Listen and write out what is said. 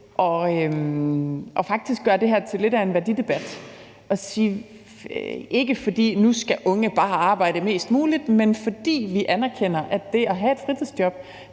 til faktisk at gøre det her til lidt af en værdidebat, ikke fordi unge nu bare skal arbejde mest muligt, men fordi vi anerkender, at det at have et fritidsjob,